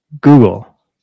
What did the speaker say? google